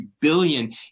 billion